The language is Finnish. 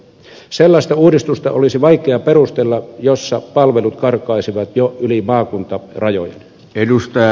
sellaista uudistusta olisi vaikea perustella jossa palvelut karkaisivat jo yli maakuntarajojen